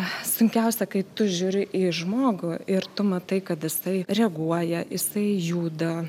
sunkiausia kai tu žiūri į žmogų ir tu matai kad jisai reaguoja jisai juda